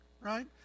right